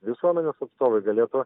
visuomenės atstovai galėtų